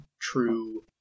true